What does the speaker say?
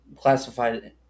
classified